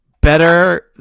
better